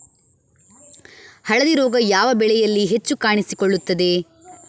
ಹಳದಿ ರೋಗ ಯಾವ ಬೆಳೆಯಲ್ಲಿ ಹೆಚ್ಚು ಕಾಣಿಸಿಕೊಳ್ಳುತ್ತದೆ?